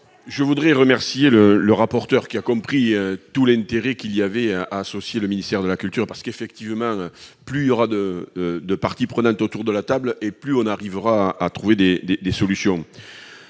Je voudrais remercier M. le rapporteur, qui a compris tout l'intérêt qu'il y avait à associer le ministère de la culture : plus il y aura de parties prenantes autour de la table et plus on arrivera à trouver des solutions.